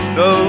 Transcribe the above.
no